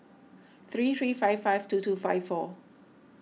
three three five five two two five four